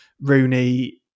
Rooney